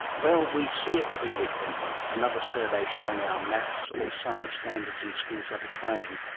well, we see it every week, don't we, another survey showing our maths or science standards in schools are declining.